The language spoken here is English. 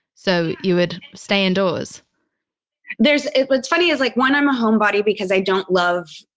so you would stay indoors there's, what's funny is like one, i'm a homebody because i don't love,